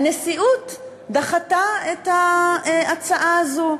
הנשיאות דחתה את ההצעה הזאת.